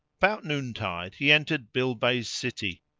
about noontide he entered bilbays-city,